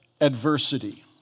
adversity